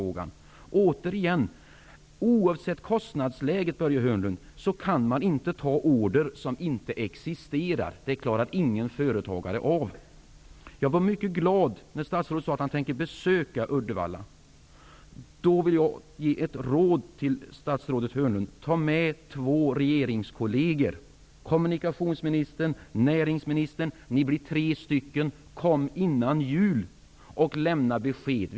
Återigen, Börje Hörnlund: Oavsett kostnadsläget kan man inte ta order som inte existerar. Det klarar ingen företagare av. Jag blev mycket glad när statsrådet sade att han tänker besöka Uddevalla, och jag vill då ge ett råd till statsrådet Hörnlund: Ta med två regeringskolleger, kommunikationsministern och näringsministern, och kom före jul och lämna besked!